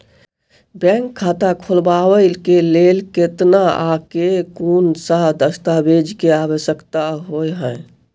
Bank खाता खोलबाबै केँ लेल केतना आ केँ कुन सा दस्तावेज केँ आवश्यकता होइ है?